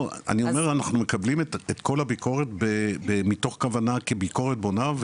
אנחנו מקבלים את כל הביקורת מתוך כוונה כביקורת בונה,